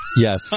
Yes